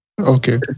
Okay